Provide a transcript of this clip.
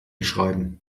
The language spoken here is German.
schreiben